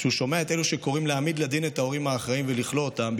כשהוא שומע את אלו שקוראים להעמיד לדין את ההורים האחראים ולכלוא אותם,